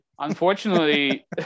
unfortunately